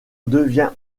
devient